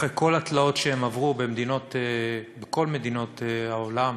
אחרי כל התלאות שהם עברו בכל מדינות העולם,